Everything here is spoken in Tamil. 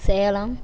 சேலம்